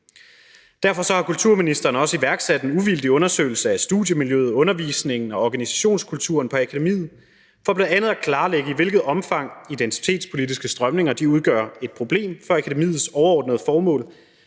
Derfor har kulturministeren også iværksat en uvildig undersøgelse af studiemiljøet, undervisningen og organisationskulturen på akademiet for bl.a. at klarlægge, i hvilket omfang identitetspolitiske strømninger udgør et problem for akademiets overordnede formål,